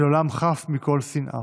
של עולם חף מכל שנאה".